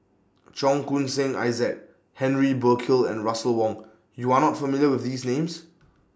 Cheong Koon Seng Isaac Henry Burkill and Russel Wong YOU Are not familiar with These Names